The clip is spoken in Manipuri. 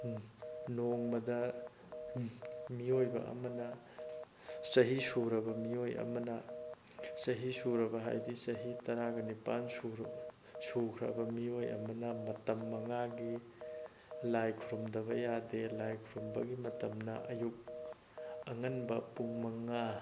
ꯅꯣꯡꯃꯗ ꯃꯤꯑꯣꯏꯕ ꯑꯃꯅ ꯆꯍꯤ ꯁꯨꯔꯕ ꯃꯤꯑꯣꯏ ꯑꯃꯅ ꯆꯍꯤ ꯁꯨꯔꯕ ꯍꯥꯏꯕꯗꯤ ꯆꯍꯤ ꯇꯥꯔꯥꯒ ꯅꯤꯄꯥꯜ ꯁꯨꯈ꯭ꯔꯕ ꯃꯤꯑꯣꯏ ꯑꯃꯅ ꯃꯇꯝ ꯃꯉꯥꯒꯤ ꯂꯥꯏ ꯈꯨꯔꯨꯝꯗꯕ ꯌꯥꯗꯦ ꯂꯥꯏ ꯈꯨꯔꯨꯝꯕꯒꯤ ꯃꯇꯝꯅ ꯑꯌꯨꯛ ꯑꯉꯟꯕ ꯄꯨꯡ ꯃꯉꯥ